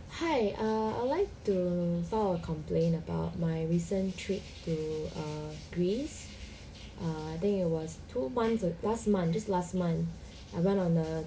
hi err I would like to file a complain about my recent trip to err greece err I think it was two months uh last month just last month I went on a